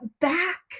back